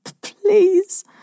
please